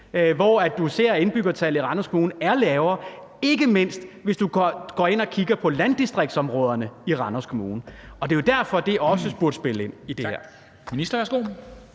forskel – indbyggertallet i Randers Kommune er lavere, ikke mindst hvis du går ind og kigger på landdistriktsområderne i Randers Kommune. Og det er jo derfor, det også burde spille ind i det her.